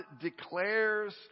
declares